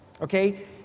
Okay